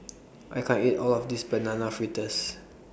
I can't eat All of This Banana Fritters